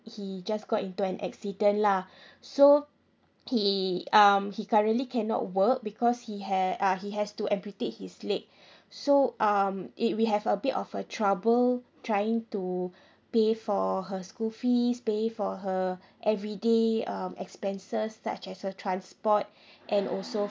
he just got into an accident lah so he um he currently cannot work because he had uh he has to amputate his leg so um it we have a bit of a trouble trying to pay for her school fees pay for her everyday um expenses such as her transport and also